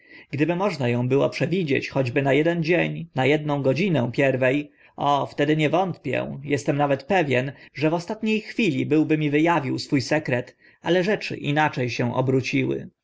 gdyby można było ą przewidzieć choćby na eden dzień na edną godzinę pierwe o wtedy nie wątpię estem nawet pewien że w ostatnie chwili byłby mi wy awił swó sekret ale rzeczy inacze się obróciły